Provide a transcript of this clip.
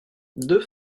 deux